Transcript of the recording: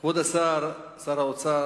כבוד שר האוצר,